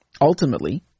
Ultimately